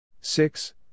Six